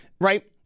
Right